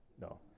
no